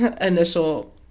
initial